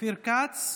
אופיר כץ,